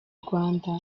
rwanda